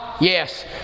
Yes